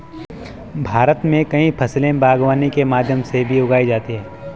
भारत मे कई फसले बागवानी के माध्यम से भी उगाई जाती है